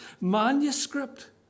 manuscript